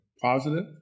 positive